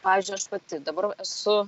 pavyzdžiui aš pati dabar va esu